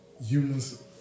humans